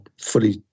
fully